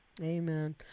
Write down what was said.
Amen